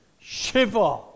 shiver